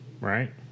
right